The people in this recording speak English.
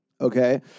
Okay